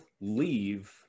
leave